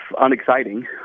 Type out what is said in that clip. unexciting